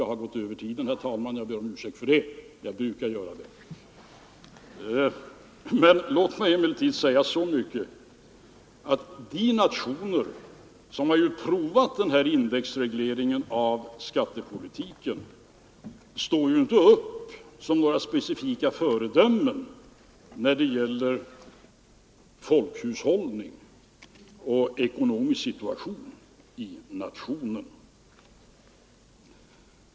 Jag har gått över tiden, herr talman — jag brukar göra det — och jag ber om ursäkt för detta. Men låt mig säga så mycket som att de nationer som prövat denna indexreglering av skatterna står ju inte som några specifika föredömen när det gäller folkhushållning och ekonomisk situation i nationen.